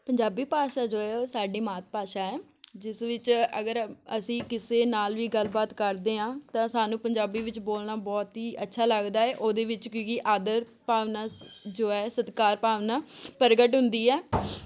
ਪੰਜਾਬੀ ਭਾਸ਼ਾ ਜੋ ਹੈ ਉਹ ਸਾਡੀ ਮਾਤ ਭਾਸ਼ਾ ਹੈ ਜਿਸ ਵਿੱਚ ਅਗਰ ਅਸੀਂ ਕਿਸੇ ਨਾਲ ਵੀ ਗੱਲਬਾਤ ਕਰਦੇ ਹਾਂ ਤਾਂ ਸਾਨੂੰ ਪੰਜਾਬੀ ਵਿੱਚ ਬੋਲਣਾ ਬਹੁਤ ਹੀ ਅੱਛਾ ਲੱਗਦਾ ਏ ਉਹਦੇ ਵਿੱਚ ਕਿਉਂਕਿ ਆਦਰ ਭਾਵਨਾ ਜੋ ਹੈ ਸਤਿਕਾਰ ਭਾਵਨਾ ਪ੍ਰਗਟ ਹੁੰਦੀ ਹੈ